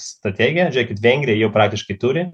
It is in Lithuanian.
strategiją žiūrėkit vengriją jau praktiškai turi